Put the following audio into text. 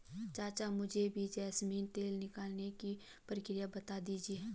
चाचा मुझे भी जैस्मिन तेल निकालने की प्रक्रिया बता दीजिए